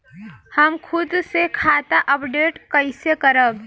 हम खुद से खाता अपडेट कइसे करब?